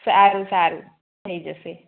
સારું સારું થઇ જસે